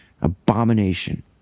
abomination